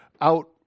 out